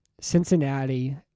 Cincinnati